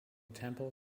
temple